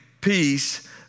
peace